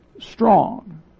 strong